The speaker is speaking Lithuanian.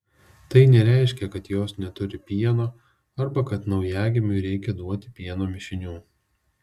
tai nereiškia kad jos neturi pieno arba kad naujagimiui reikia duoti pieno mišinių